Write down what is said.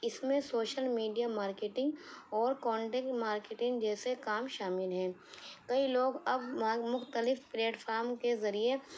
اس میں social media marketing اور content marketing جیسے کام شامل ہیں کئی لوگ اب مختلف پلیٹفام کے ذریعے